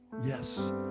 Yes